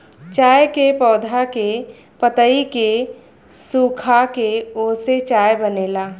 चाय के पौधा के पतइ के सुखाके ओसे चाय बनेला